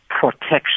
protection